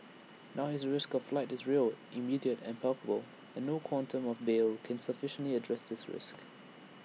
now his risk of flight is real immediate and palpable and no quantum of bail can sufficiently address this risk